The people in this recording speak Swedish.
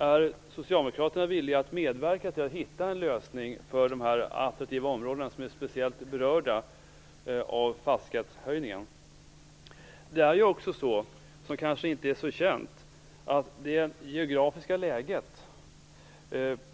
Är Socialdemokraterna villiga att medverka till att hitta en lösning för dessa attraktiva områden som är speciellt berörda av höjningen av fastighetsskatten? Det är kanske inte så känt att det geografiska läget